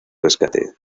rescate